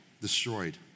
Destroyed